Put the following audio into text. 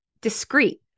discrete